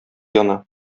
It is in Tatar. яна